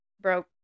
broke